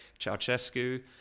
Ceausescu